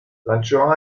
lanciò